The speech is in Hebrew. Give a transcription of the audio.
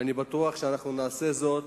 אני בטוח שאנחנו נעשה זאת